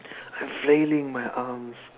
I'm flailing my arms